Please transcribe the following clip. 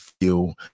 feel